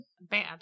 Bad